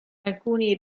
alcuni